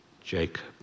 Jacob